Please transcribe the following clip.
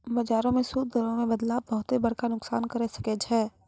बजारो मे सूद दरो मे बदलाव बहुते बड़का नुकसान करै सकै छै